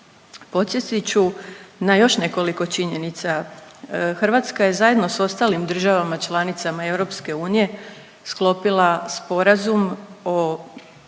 Podsjetit ću na još nekoliko činjenica, Hrvatska je zajedno s ostalim državama članicama EU sklopila sporazum o,